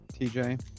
tj